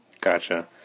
Gotcha